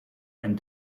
and